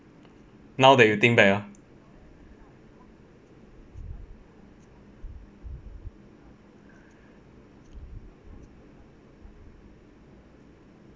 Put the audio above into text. now that you think back ah